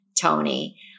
Tony